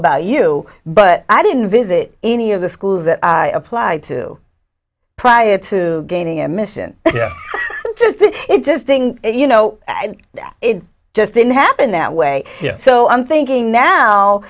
about you but i didn't visit any of the school that i applied to prior to gaining a misson just think you know it just didn't happen that way so i'm thinking now